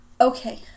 Okay